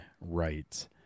right